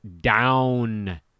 down